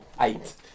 Eight